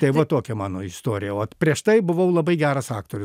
tai va tokia mano istorija o prieš tai buvau labai geras aktorius